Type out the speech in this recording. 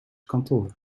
kantoor